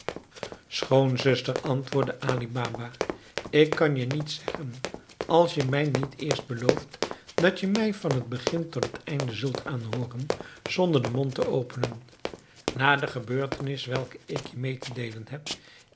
schoonzuster antwoordde ali baba ik kan je niets zeggen als je mij niet eerst belooft dat je mij van t begin tot t einde zult aanhooren zonder den mond te openen na de gebeurtenis welke ik je mee te deelen heb